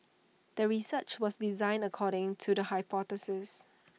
the research was designed according to the hypothesis